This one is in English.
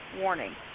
warning